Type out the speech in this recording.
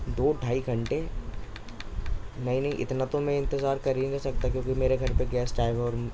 دو ڈھائی گھنٹے نہیں نہیں اتنا تو میں انتظار کر ہی نہیں سکتا کیوںکہ میرے گھر پہ گیسٹ آئے ہوئے ہیں اور